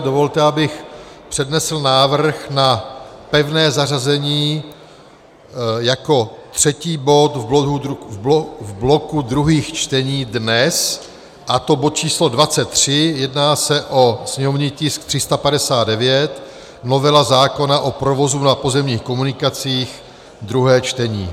Dovolte, abych přednesl návrh na pevné zařazení jako třetí bod v bloku druhých čtení dnes, a to bod číslo 23, jedná se o sněmovní tisk 359 novela zákona o provozu na pozemních komunikacích, druhé čtení.